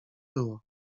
było